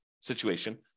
situation